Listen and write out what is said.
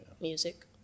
Music